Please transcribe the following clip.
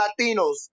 Latinos